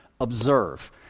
observe